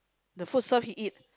the food serve he eat